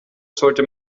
sollte